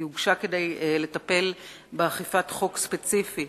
היא הוגשה כדי לטפל באכיפת חוק ספציפי,